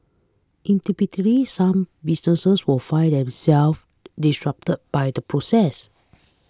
some businesses will find themselves disrupt by the process